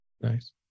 Nice